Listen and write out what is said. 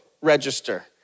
register